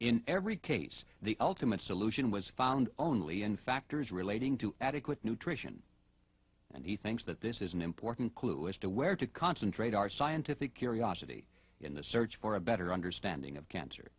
in every case the ultimate solution was found only in factors relating to adequate nutrition and he thinks that this is an important clue as to where to concentrate our scientific curiosity in the search for a better understanding of cancer